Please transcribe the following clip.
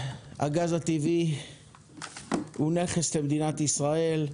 הגז הטבעי הוא נכס למדינת ישאל,